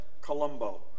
Colombo